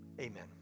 Amen